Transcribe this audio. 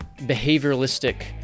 behavioralistic